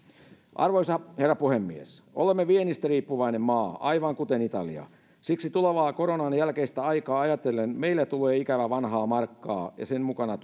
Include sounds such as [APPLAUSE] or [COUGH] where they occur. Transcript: arvoisa herra puhemies olemme viennistä riippuvainen maa aivan kuten italia siksi tulevaa koronan jälkeistä aikaa ajatellen meillä tulee ikävä vanhaa markkaa ja sen mukanaan [UNINTELLIGIBLE]